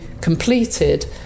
completed